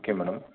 okay madam